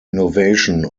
innovation